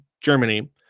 Germany